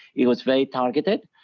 it was very targeted,